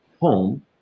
home